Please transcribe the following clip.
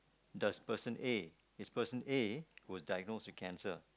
thus person A this person A was diagnosed with cancer